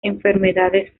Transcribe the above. enfermedades